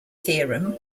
theorem